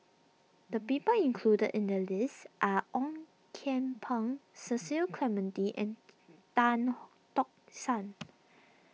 the people included in the list are Ong Kian Peng Cecil Clementi and Tan Tock San